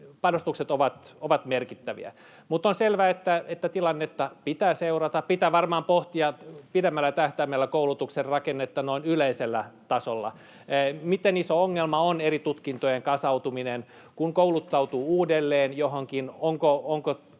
panostukset ovat merkittäviä, mutta on selvä, että tilannetta pitää seurata. Pitää varmaan pohtia pidemmällä tähtäimellä koulutuksen rakennetta noin yleisellä tasolla: Miten iso ongelma on eri tutkintojen kasautuminen? Kun kouluttautuu uudelleen johonkin,